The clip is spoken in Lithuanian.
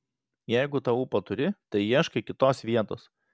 jeigu tą ūpą turi tai ieškai kitos vietos